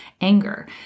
anger